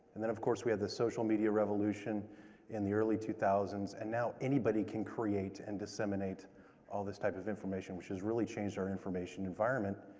and then of course, we had the social medial revolution in the early two thousand s, and now anybody can create and disseminate all this type of information, which has really changed our information environment,